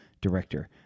director